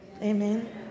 Amen